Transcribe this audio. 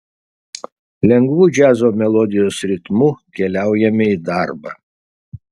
lengvu džiazo melodijos ritmu keliaujame į darbą